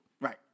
Right